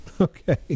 Okay